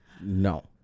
No